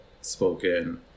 spoken